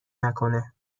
نکنه